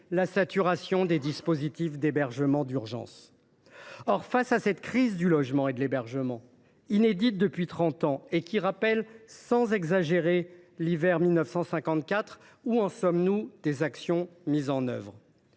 ; saturation des dispositifs d’hébergement d’urgence. Or, face à cette crise du logement et de l’hébergement inédite depuis trente ans et qui rappelle – sans exagérer – l’hiver 1954, où en sommes nous des actions mises en œuvre